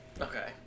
Okay